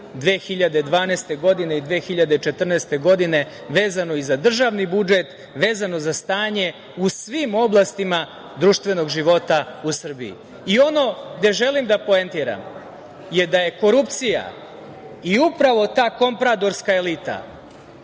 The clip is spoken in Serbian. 2012. godine i 2014. godine vezano i za državni budžet, vezano za stanje u svim oblastima društvenog života u Srbiji. Ono gde želim da poentiram je da je korupcija i upravo ta kompradorska elita